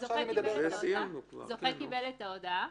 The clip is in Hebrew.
ולכן רשם יבחן את המקרים.